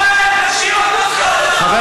חבר